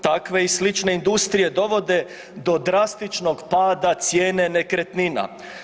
Takve i slične industrije dovode do drastičnog pada cijene nekretnina.